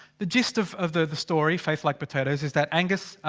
the gist of of the the story faith like potatoes is that angus.